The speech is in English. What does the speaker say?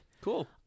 Cool